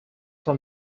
from